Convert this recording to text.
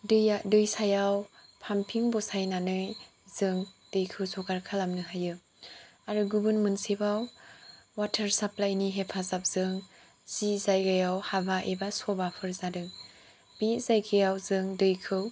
दैसायाव पाम्पिं बसायनानै जों दैखौ जगार खालामनो हायो आरो गुबुन मोनसेबाव वाटार साफ्लायनि हेफाजाबजों जि जायगायाव हाबा एबा सबाफोर जादों बे जायगायाव जों दैखौ